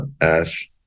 Ash